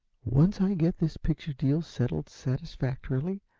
once i get this picture deal settled satisfactorily,